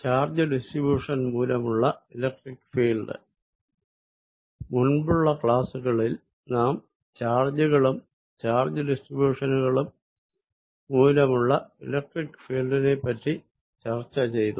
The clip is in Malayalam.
ചാർജ് ഡിസ്ട്രിബ്യുഷൻ മൂലമുള്ള ഇലക്ട്രിക്ക് ഫീൽഡ് മുൻപുള്ള ക്ലാസ്സുകളിൽ നാം ചാർജുകളും ചാർജ് ഡിസ്ട്രിബ്യുഷനുകളും മൂലമുള്ള ഇലക്ട്രിക്ക് ഫീല്ഡിനെപ്പറ്റി ചർച്ച ചെയ്തു